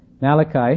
Malachi